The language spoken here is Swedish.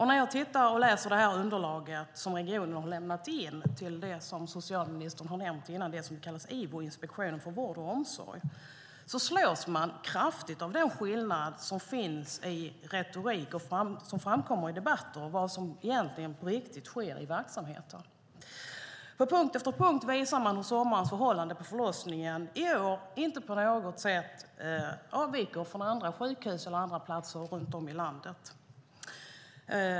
När jag läser det underlag som regionen har lämnat in till det som kallas IVO, Inspektionen för vård och omsorg, slås jag kraftigt av skillnaden mellan retoriken i debatter och det som sker på riktigt i verksamheten. På punkt efter punkt visar man hur förhållanden på förlossningen under sommaren i år inte på något sätt avviker från andra sjukhus på andra platser runt om i landet.